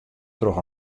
troch